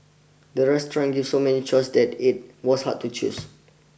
the restaurant give so many choices that it was hard to choose